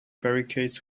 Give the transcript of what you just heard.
barricades